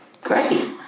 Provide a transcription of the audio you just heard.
Great